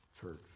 church